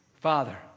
Father